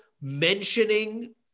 mentioning